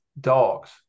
Dogs